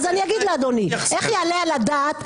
אני אגיד לאדוני איך יעלה על הדעת,